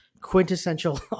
quintessential